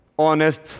honest